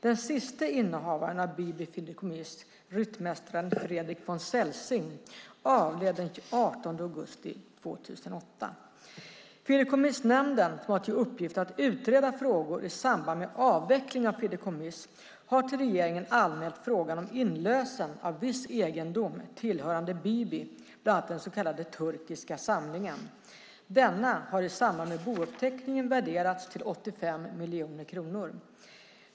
Den siste innehavaren av Biby fideikommiss, ryttmästaren Fredrik von Celsing, avled den 18 augusti 2008. Fideikommissnämnden, som har till uppgift att utreda frågor i samband med avveckling av fideikommiss, har till regeringen anmält frågan om inlösen av viss egendom tillhörande Biby, bland annat den så kallade turkiska samlingen. Denna har i samband med bouppteckningen värderats till 85 miljoner kronor.